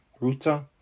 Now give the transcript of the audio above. Ruta